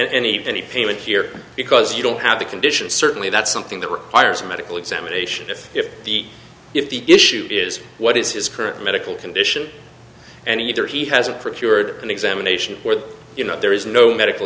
any any payment here because you don't have the condition certainly that's something that requires a medical examination if the issue is what is his current medical condition and either he hasn't for cured an examination or you know there is no medical